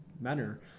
manner